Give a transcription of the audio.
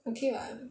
okay [what]